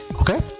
okay